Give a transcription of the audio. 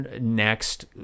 next